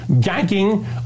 gagging